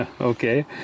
okay